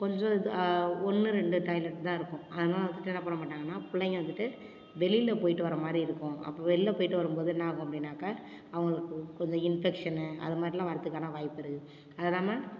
கொஞ்சம் இது ஒன்றுனு ரெண்டு டாய்லெட் தான் இருக்கும் ஆனால் வந்துட்டு என்ன பண்ண மாட்டாங்கனா பிள்ளைங்க வந்துட்டு வெளில போயிட்டு வர மாதிரி இருக்கும் அப்போ வெளில போயிட்டு வரும் போது என்ன ஆகும் அப்படினாக்கா அவங்களுக்கு கொஞ்ச இன்ஃபெக்ஷனு அது மாதிரிலாம் வரதுக்கான வாய்ப்பு இருக்குது அதுல்லாமல்